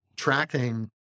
tracking